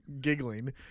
giggling